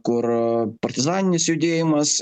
kur partizaninis judėjimas